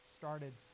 started